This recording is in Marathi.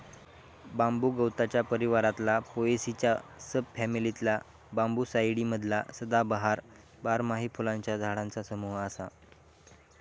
बांबू गवताच्या परिवारातला पोएसीच्या सब फॅमिलीतला बांबूसाईडी मधला सदाबहार, बारमाही फुलांच्या झाडांचा समूह असा